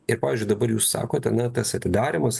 ir pavyzdžiui dabar jūs sakote na tas atidarymas